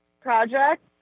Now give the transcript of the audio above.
project